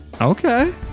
Okay